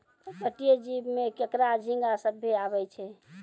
पर्पटीय जीव में केकड़ा, झींगा सभ्भे आवै छै